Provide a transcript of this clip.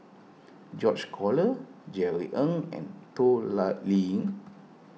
George Collyer Jerry Ng and Toh lie Liying